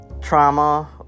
trauma